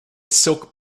silk